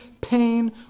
pain